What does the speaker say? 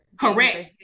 Correct